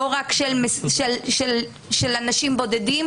ולא רק של אנשים בודדים,